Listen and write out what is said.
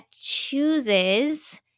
chooses